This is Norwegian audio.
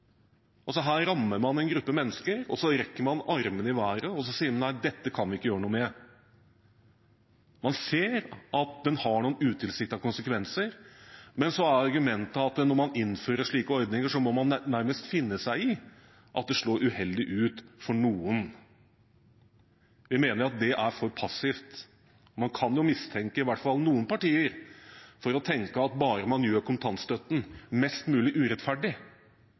Her rammer man altså en gruppe mennesker, og så strekker man armene i været og sier: Nei, dette kan vi ikke gjøre noe med. Man ser at det har noen utilsiktede konsekvenser, men argumentet er at når man innfører slike ordninger, må man nærmest finne seg i at det slår uheldig ut for noen. Vi mener at det er for passivt. Man kan mistenke i hvert fall noen partier for å tenke at bare man gjør kontantstøtten mest mulig urettferdig,